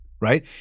right